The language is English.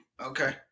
okay